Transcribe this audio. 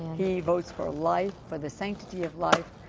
he votes for life for the sanctity of life.